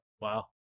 wow